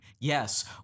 Yes